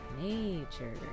Nature